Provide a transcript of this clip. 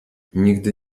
nigdy